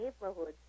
neighborhoods